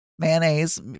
Mayonnaise